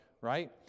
right